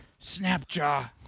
Snapjaw